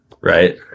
right